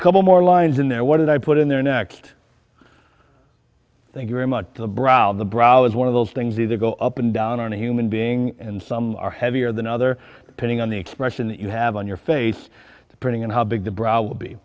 a couple more lines in there what did i put in there next thank you very much the brow the brow is one of those things either go up and down on a human being and some are heavier than other pinning on the expression that you have on your face depending on how big the brow will be